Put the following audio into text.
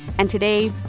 and today,